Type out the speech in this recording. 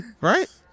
right